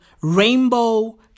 rainbow